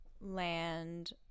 land